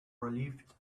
relieved